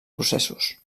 processos